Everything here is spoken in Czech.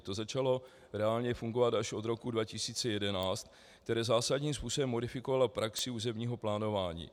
To začalo reálně fungovat až od roku 2011, které zásadním způsobem modifikovala praxi územního plánování.